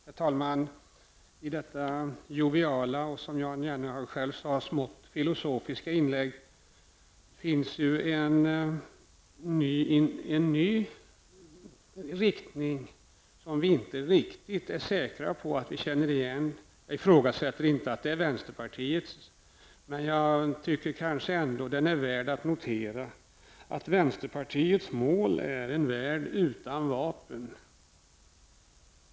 Herr talman! I detta joviala och, som Jan Jennehag själv sade, smått filosofiska inlägg finns en ny riktning som vi inte är riktigt säkra på att vi känner igen. Jag ifrågasätter inte att det är vänsterpartiets. Men jag tycker ändå att det är värt att notera att vänsterpartiets mål är en värld utan vapen.